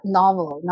novel